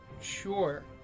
Sure